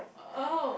oh